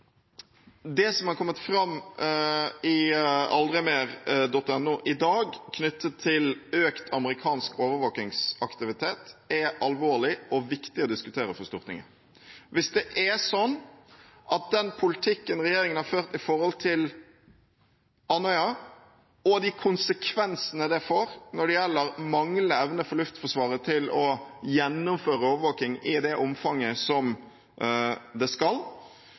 det som er kommet fram i aldrimer.no i dag om økt amerikansk overvåkningsaktivitet, er alvorlig og viktig å diskutere for Stortinget. Hvis det er sånn at den politikken regjeringen har ført overfor Andøya, får konsekvenser for Luftforsvarets evne til å gjennomføre overvåkning i det omfanget det skal, og det tomrommet fylles av amerikanske fly og amerikansk overvåkning, er det uklok sikkerhetspolitikk. Det